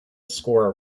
score